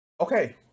Okay